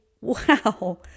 wow